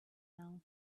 now